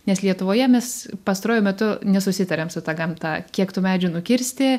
nes lietuvoje mes pastaruoju metu nesusitariam su ta gamta kiek tų medžių nukirsti